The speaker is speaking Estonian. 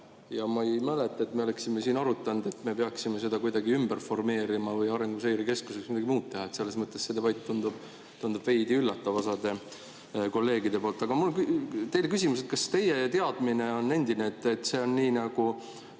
Ja ma ei mäleta, et me oleksime siin arutanud, et me peaksime seda kuidagi ümber formeerima või Arenguseire Keskusega midagi muud tegema. Selles mõttes see debatt tundub veidi üllatav osa kolleegide poolt. Aga mul on teile küsimus: kas teie teadmine on endine, et see on nii nagu